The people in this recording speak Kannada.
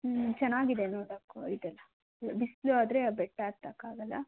ಹ್ಞೂ ಚೆನ್ನಾಗಿದೆ ನೋಡೋಕು ಇದೆಲ್ಲ ಬಿಸಿಲು ಆದರೆ ಬೆಟ್ಟ ಹತ್ತಕ್ ಆಗಲ್ಲ